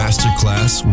Masterclass